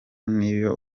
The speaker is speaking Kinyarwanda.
n’iyo